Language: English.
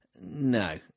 No